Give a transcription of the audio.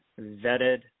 vetted